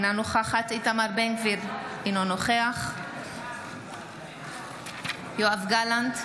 אינה נוכחת איתמר בן גביר, אינו נוכח יואב גלנט,